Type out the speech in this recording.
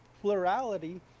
plurality